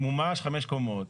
מומש חמש קומות,